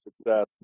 success